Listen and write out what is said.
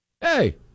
Hey